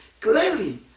clearly